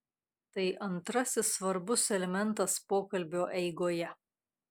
tai antrasis svarbus elementas pokalbio eigoje